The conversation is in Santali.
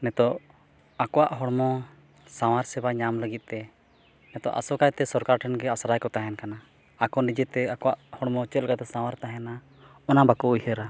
ᱱᱤᱛᱳᱜ ᱟᱠᱚᱣᱟᱜ ᱦᱚᱲᱢᱚ ᱥᱟᱶᱟᱨ ᱥᱮᱵᱟ ᱧᱟᱢ ᱞᱟᱹᱜᱤᱫ ᱛᱮ ᱱᱮᱛᱚᱜ ᱟᱥᱚᱠᱟᱭᱛᱮ ᱥᱚᱨᱠᱟᱨ ᱴᱷᱮᱱᱜᱮ ᱟᱥᱨᱟᱭ ᱠᱚ ᱛᱟᱦᱮᱱ ᱠᱟᱱᱟ ᱟᱠᱚ ᱱᱤᱡᱮ ᱛᱮ ᱟᱠᱚᱣᱟᱜ ᱦᱚᱲᱢᱚ ᱪᱮᱫ ᱞᱮᱠᱟᱛᱮ ᱥᱟᱶᱟᱨ ᱛᱟᱦᱮᱱᱟ ᱚᱱᱟ ᱵᱟᱠᱚ ᱩᱭᱦᱟᱹᱨᱟ